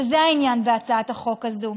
וזה העניין בהצעת החוק הזאת.